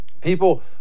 People